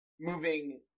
moving